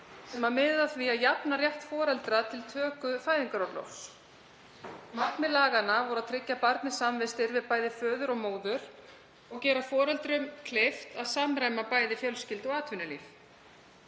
miðaði að því að jafna rétt foreldra til töku fæðingarorlofs. Markmið laganna var að tryggja barni samvistir við bæði föður og móður og gera foreldrum kleift að samræma fjölskyldu- og atvinnulíf.